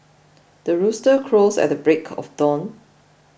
the rooster crows at the break of dawn